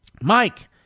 Mike